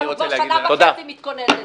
אבל הוא כבר שנה וחצי מתכונן לזה.